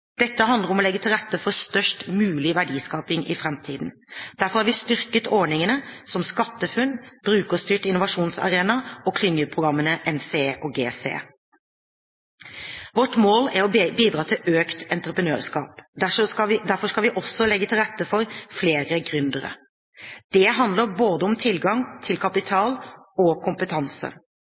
Dette handler om å legge til rette for størst mulig verdiskaping i framtiden. Derfor har vi styrket ordninger som SkatteFUNN, Brukerstyrt innovasjonsarena og klyngeprogrammene NCE og GCE. Vårt mål er å bidra til økt entreprenørskap. Derfor skal vi også legge til rette for flere gründere. Det handler både om tilgang til kapital og om kompetanse.